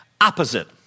opposite